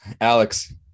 Alex